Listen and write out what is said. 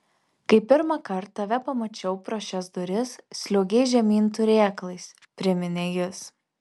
kai pirmąkart tave pamačiau pro šias duris sliuogei žemyn turėklais priminė jis